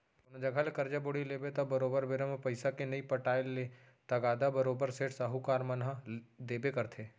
कोनो जघा ले करजा बोड़ी लेबे त बरोबर बेरा म पइसा के नइ पटाय ले तगादा बरोबर सेठ, साहूकार मन ह देबे करथे